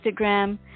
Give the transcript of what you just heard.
Instagram